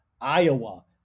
Iowa